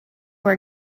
were